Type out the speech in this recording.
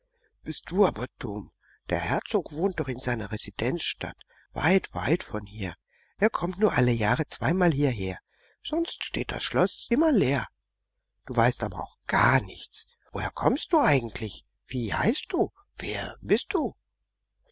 bist du aber dumm der herzog wohnt doch in seiner residenzstadt weit weit von hier er kommt nur alle jahre zweimal hierher sonst steht das schloß immer leer du weißt aber auch gar nichts woher kommst du eigentlich wie heißt du wer bist du